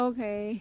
Okay